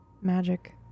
magic